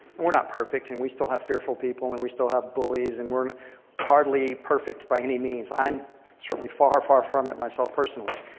we're not perfect. and we still have fearful people and we still have bullies. and we're hardly perfect by any means. i'm certainly far, far from it myself personally.